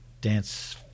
dance